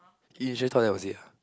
then you just thought that was it ah